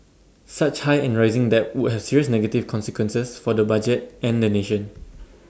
such high and rising debt would have serious negative consequences for the budget and the nation